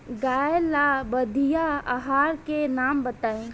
गाय ला बढ़िया आहार के नाम बताई?